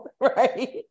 right